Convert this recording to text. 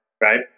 right